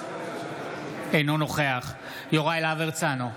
אינו נוכח יוראי להב הרצנו,